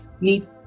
need